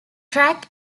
track